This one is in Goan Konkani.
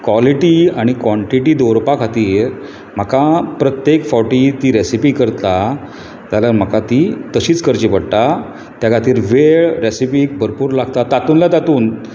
कॉलिटी आनी कॉनटिटी दवरपा खातीर म्हाका प्रत्येक फावटी ती रेसिपी करता जाल्यार म्हाका ती तशीच करची पडटा त्या खातीर वेळ रेसिपीक भरपूर लागता तातुंतल्या तातूंत